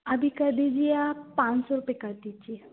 अभी कर दीजिए आप पाँच सौ रुपए कर दीजिए